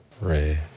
Ray